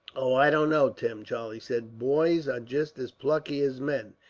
oh, i don't know, tim, charlie said. boys are just as plucky as men,